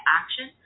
action